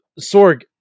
Sorg